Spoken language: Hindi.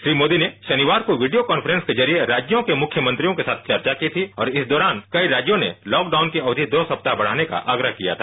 श्री मोदी ने रानिवार को वीडियो कॉन्फ्रेंसके जरिए राज्य के मुख्यमंत्रियों के साथ चर्चा की थी और इस दौरान कई राज्यों नेलॉकडाउन की अवधि दो सप्ताह बढ़ाने का आग्रह किया था